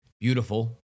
beautiful